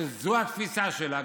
שזו התפיסה שלה,